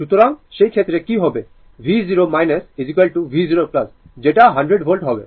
সুতরাং সেই ক্ষেত্রে কি হবে v0 v0 যেটা 100 ভোল্ট হবে